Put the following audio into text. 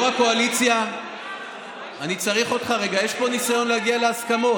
אני צריך אותך רגע, יש פה ניסיון להגיע להסכמות.